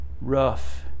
rough